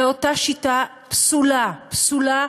ואותה שיטה פסולה, פסולה